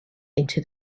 into